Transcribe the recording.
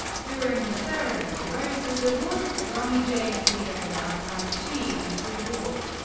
during the ceremony, rose was awarded the ronnie james dio lifetime achievement award.